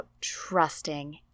trusting